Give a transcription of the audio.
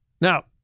Now